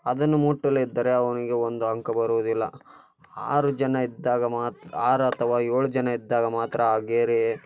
ಅದನ್ನು ಮುಟ್ಟದಿದ್ದರೆ ಅವನಿಗೆ ಒಂದು ಅಂಕ ಬರುವುದಿಲ್ಲ ಆರು ಜನ ಇದ್ದಾಗ ಮಾತ್ರ ಆರು ಅಥವಾ ಏಳು ಜನ ಇದ್ದಾಗ ಮಾತ್ರ ಆ ಗೆರೆ